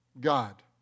God